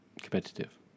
competitive